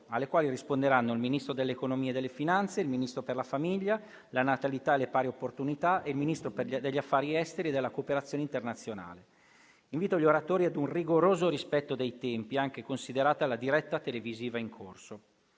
alle quali risponderanno il Ministro dell'economia e delle finanze, il Ministro per la famiglia, la natalità e le pari opportunità e il Ministro degli affari esteri e della cooperazione internazionale. Invito gli oratori ad un rigoroso rispetto dei tempi, considerata la diretta televisiva in corso.